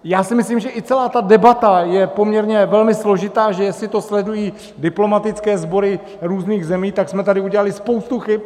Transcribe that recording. Já si myslím, že i celá ta debata je poměrně velmi složitá, že jestli to sledují diplomatické sbory různých zemí, tak jsme tady udělali spoustu chyb.